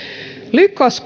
lyckas